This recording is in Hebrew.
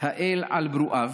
האל על ברואיו